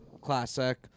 classic